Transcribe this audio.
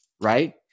right